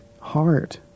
heart